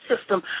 system